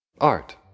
Art